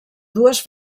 dues